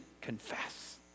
confess